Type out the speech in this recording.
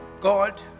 God